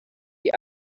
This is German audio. die